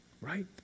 right